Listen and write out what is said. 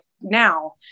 now